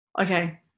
Okay